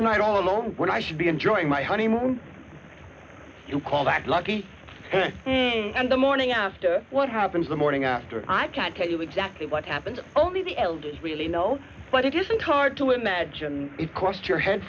the night all alone when i should be enjoying my honeymoon you call that lucky and the morning after what happens the morning after i can tell you exactly what happened only the elders really know but it isn't hard to imagine it crossed your head